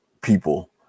people